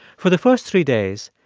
for the first three days,